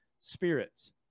spirits